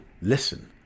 listen